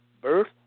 birth